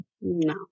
No